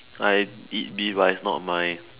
I'd eat beef but it's not my